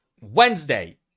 Wednesday